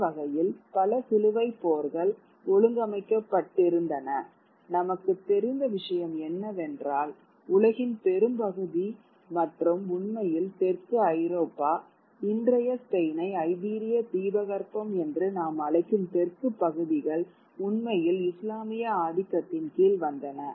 இந்த வகையில் பல சிலுவைப் போர்கள் ஒழுங்கமைக்கப்பட்டிருந்தன நமக்குத் தெரிந்த விஷயம் என்னவென்றால் உலகின் பெரும்பகுதி மற்றும் உண்மையில் தெற்கு ஐரோப்பா இன்றைய ஸ்பெயினை ஐபீரிய தீபகற்பம் என்று நாம் அழைக்கும் தெற்கு பகுதிகள் உண்மையில் இஸ்லாமிய ஆதிக்கத்தின் கீழ் வந்தன